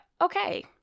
okay